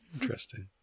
Interesting